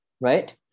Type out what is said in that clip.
right